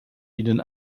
ihnen